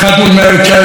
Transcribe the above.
משום שאורי אבנרי,